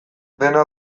dena